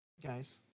Guys